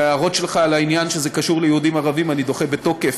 את ההערות שלך על העניין שזה קשור ליהודים ערבים אני דוחה בתוקף,